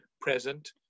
present